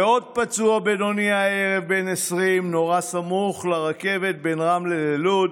ועוד פצוע בינוני בן 20 נורה הערב סמוך לרכבת בין רמלה ללוד.